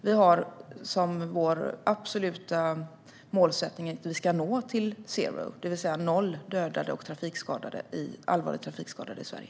Vi har som vår absoluta målsättning att vi ska nå till zero, det vill säga till noll dödade och allvarligt trafikskadade i Sverige.